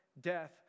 death